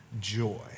joy